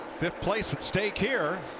place at stake here.